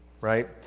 right